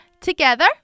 Together